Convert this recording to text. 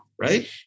right